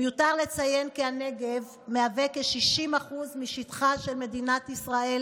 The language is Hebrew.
מיותר לציין כי הנגב מהווה כ-60% משטחה של מדינת ישראל,